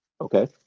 Okay